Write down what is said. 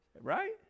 Right